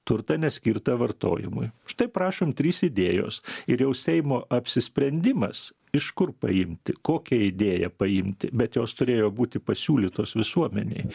turtą neskirtą vartojimui štai prašom trys idėjos ir jau seimo apsisprendimas iš kur paimti kokią idėją paimti bet jos turėjo būti pasiūlytos visuomenei